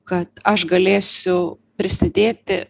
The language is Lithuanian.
kad aš galėsiu prisidėti